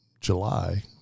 July